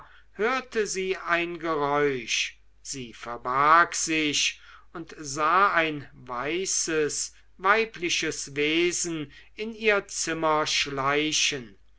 hörte sie ein geräusch sie verbarg sich und sah ein weißes weibliches wesen in ihr zimmer schleichen sie